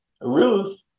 Ruth